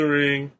ring